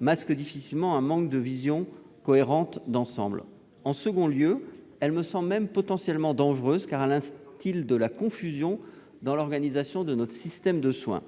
masquent difficilement un manque de vision cohérente d'ensemble. En second lieu, cette mesure me semble même potentiellement dangereuse, car elle instille de la confusion dans l'organisation de notre système de soins.